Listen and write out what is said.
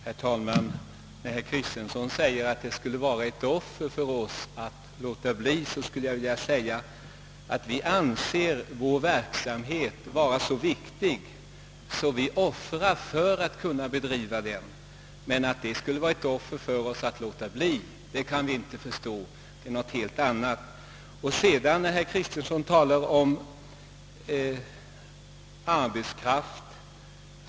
Herr talman! När herr Kristenson säger att det skulle vara ett offer för oss att låta bli att bygga kyrkor, skulle jag vilja säga att vi anser vår verksamhet vara så viktig att vi offrar för att kunna bedriva den, men att det skulle vara ett offer för oss att låta bli det, kan vi inte förstå. Det är något helt annat. Herr Kristenson talade om arbetskraften.